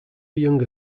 younger